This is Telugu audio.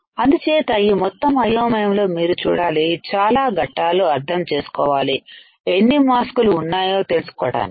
అందుచేత ఈ మొత్తం అయోమయంలో మీరు చూడాలి చాలా ఘట్టాలు అర్థం చేసుకోవాలి ఎన్ని మాస్క్ లు ఉన్నాయో తెలుసుకోవడానికి